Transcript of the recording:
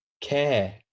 care